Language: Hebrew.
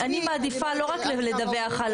לא, אני מעדיפה לא רק לדווח על, כן.